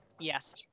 Yes